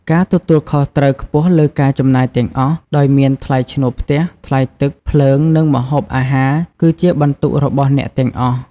ការទទួលខុសត្រូវខ្ពស់លើការចំណាយទាំងអស់ ដោយមានថ្លៃឈ្នួលផ្ទះ ថ្លៃទឹក ភ្លើង និងម្ហូបអាហារ គឺជាបន្ទុករបស់អ្នកទាំងអស់។